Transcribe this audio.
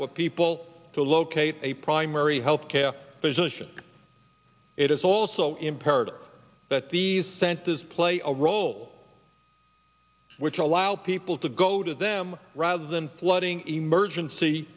for people to locate a primary health care physician it is also imperative that these centers play a role which allow people to go to them rather than flooding emergency